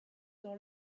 dans